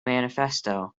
manifesto